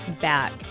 back